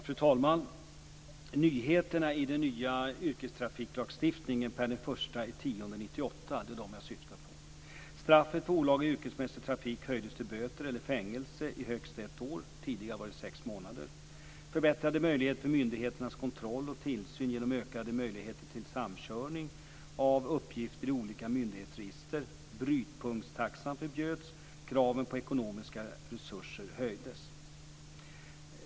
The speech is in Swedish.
Fru talman! Nyheterna i den nya yrkestrafiklagstiftningen per den 1 oktober 1998 är det som jag åsyftar. Straffet för olaglig yrkesmässig trafik höjdes till böter och fängelse i högst ett år, tidigare sex månader, förbättrade möjligheter för myndigheternas kontroll och tillsyn genom ökade möjligheter till samkörning av uppgifter i olika myndighetsregister, brytpunktstaxa förbjöds, krav på ekonomiska resurser höjdes.